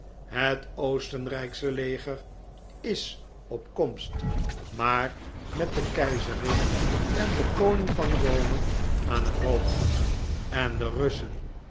het oostenrijksche leger is op komst maar met de keizerin en den koning van rome aan het hoofd en de russen